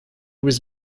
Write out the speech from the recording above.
was